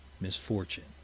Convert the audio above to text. misfortune